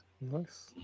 nice